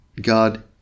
God